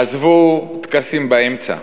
עזבו טקסים באמצע.